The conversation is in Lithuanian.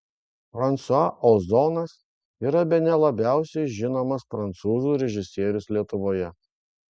fransua ozonas yra bene labiausiai žinomas prancūzų režisierius lietuvoje